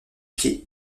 pied